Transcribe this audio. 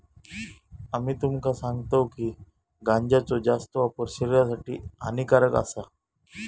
आम्ही तुमका सांगतव की गांजाचो जास्त वापर शरीरासाठी हानिकारक आसा